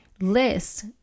list